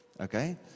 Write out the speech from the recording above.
Okay